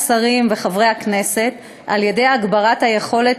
השרים וחברי הכנסת על-ידי הגברת היכולת